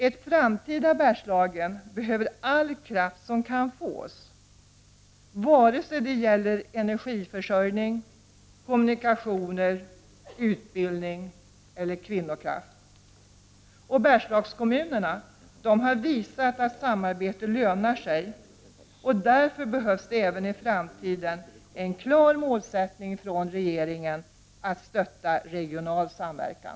Ett framtida Berslagen behöver all tänkbar kraft vare sig det gäller energiförsörjning, kommunikationer, utbildning eller kvinnokraft. Bergslagskommunerna har visat att samarbete lönar sig. Därför behövs det även i framtiden en klar målsättning från regeringens sida när det gäller att stötta regional samverkan.